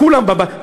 כולם בבית,